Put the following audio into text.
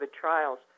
trials